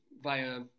via